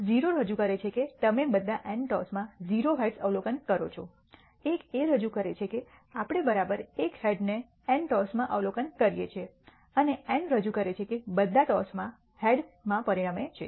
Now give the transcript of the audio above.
0 રજૂ કરે છે કે તમે બધા n ટોસમાં 0 હેડ્સ અવલોકન કરો છો 1 એ રજૂ કરે છે કે આપણે બરાબર 1 હેડને n ટોસમાં અવલોકન કરીએ છીએ અને n રજૂ કરે છે કે બધા ટોસમાં હેડમાં પરિણમે છે